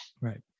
Right